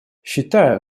считаю